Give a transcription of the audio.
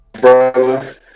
brother